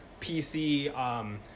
PC